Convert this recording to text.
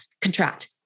contract